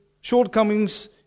shortcomings